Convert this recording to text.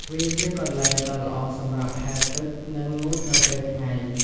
វាជាកន្លែងដ៏ល្អសម្រាប់ហែលទឹក និងងូតនៅពេលថ្ងៃ។